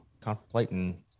contemplating